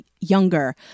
younger